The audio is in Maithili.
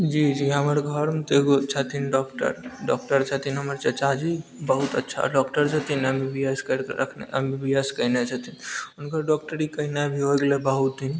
जी जी हमर घरमे तऽ एगो छथिन डॉक्टर डॉक्टर छथिन हमर चच्चा जी बहुत अच्छा डॉक्टर छथिन एम बी बी एस करिकऽ रखने एम बी बी एस कयने छथिन हुनकर डॉक्टरी केनाइ भी होइ गेलय बहुत दिन